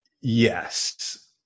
yes